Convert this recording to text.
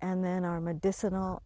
and then our medicinal